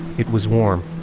it was warm,